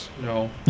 No